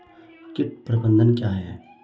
कीट प्रबंधन क्या है?